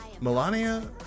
Melania